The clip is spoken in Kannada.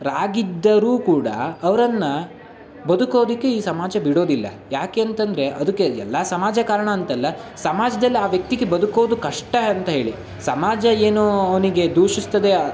ಆಗಿದ್ದರೂ ಕೂಡ ಅವರನ್ನ ಬದುಕೋದಕ್ಕೆ ಈ ಸಮಾಜ ಬಿಡೋದಿಲ್ಲ ಯಾಕೆ ಅಂತಂದರೆ ಅದಕ್ಕೆ ಎಲ್ಲ ಸಮಾಜ ಕಾರಣ ಅಂತಲ್ಲ ಸಮಾಜ್ದಲ್ಲಿ ಆ ವ್ಯಕ್ತಿಗೆ ಬದುಕೋದು ಕಷ್ಟ ಅಂತ ಹೇಳಿ ಸಮಾಜ ಏನು ಅವನಿಗೆ ದೂಷಿಸ್ತದೆ